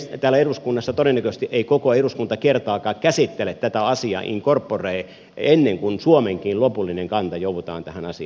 täällä eduskunnassa todennäköisesti ei koko eduskunta kertaakaan käsittele tätä asiaa in corpore ennen kuin suomenkin lopullinen kanta joudutaan tähän asiaan ottamaan